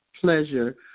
pleasure